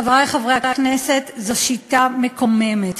חברי חברי הכנסת, זו שיטה מקוממת.